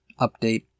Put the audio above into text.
update